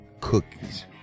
cookies